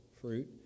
fruit